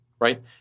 right